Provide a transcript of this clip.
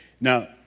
Now